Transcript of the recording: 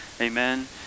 amen